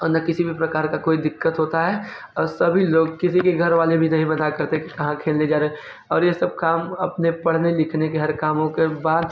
और ना किसी भी प्रकार का कोई दिक्कत होता है और सभी लोग किसी के घर वाले भी नहीं मना करते हैं कि कहाँ खेलने जा रहे और ये सब काम अपने पढ़ने लिखने के हर कामों के बाद